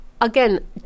again